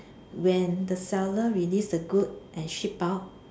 when the seller release the good and ship out